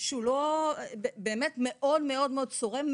שהוא באמת מאוד צורם,